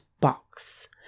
box